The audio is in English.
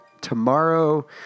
tomorrow